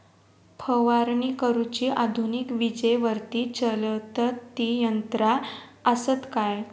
फवारणी करुची आधुनिक विजेवरती चलतत ती यंत्रा आसत काय?